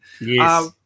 Yes